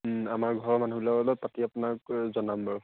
আমাৰ ঘৰৰ মানুহৰকেইটাৰ লগত পাতি আপোনাক জনাম বাৰু